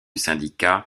syndicat